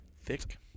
Thick